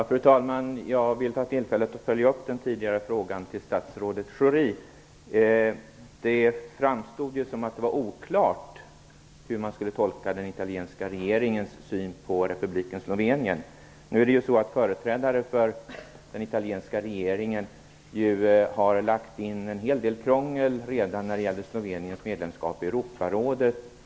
Fru talman! Jag vill ta tillfället i akt att följa upp den tidigare frågan till statsrådet Pierre Schori. Det framstod som att det var oklart hur man skulle tolka den italienska regeringens syn på republiken Företrädare för den italienska regeringen har ju lagt in en hel del krångel redan när det gäller Sloveniens medlemskap i Europarådet.